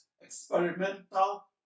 experimental